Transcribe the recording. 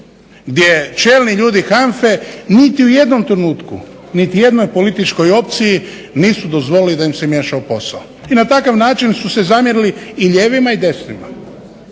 gdje čelni ljudi HANFA-e niti u jednom trenutku niti u jednoj političkoj opciji nisu dozvolili da im se miješa u posao. I na takav način su se zamjerili i lijevima i desnima.